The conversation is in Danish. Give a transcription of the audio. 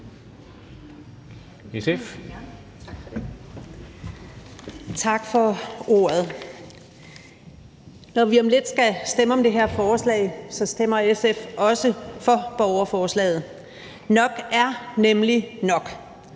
(SF): Tak for ordet. Når vi om lidt skal stemme om det her forslag, stemmer SF også for borgerforslaget – nok er nemlig nok.